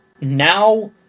now